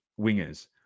wingers